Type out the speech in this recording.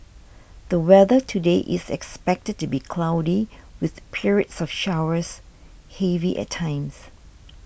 the weather today is expected to be cloudy with periods of showers heavy at times